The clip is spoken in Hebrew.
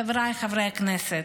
חבריי חברי הכנסת,